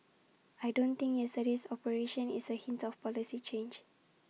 I don't think yesterday's operation is A hint of A policy change